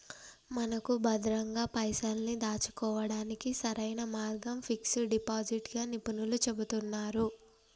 మనకు భద్రంగా పైసల్ని దాచుకోవడానికి సరైన మార్గం ఫిక్స్ డిపాజిట్ గా నిపుణులు చెబుతున్నారు